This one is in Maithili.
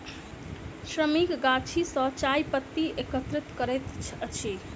श्रमिक गाछी सॅ चाय पत्ती एकत्रित करैत अछि